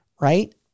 right